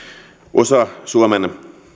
osa suomen